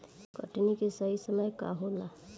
कटनी के सही समय का होला?